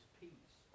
peace